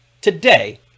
today